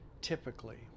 typically